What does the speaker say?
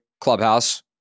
clubhouse